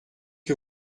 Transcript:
que